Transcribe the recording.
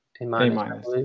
A-minus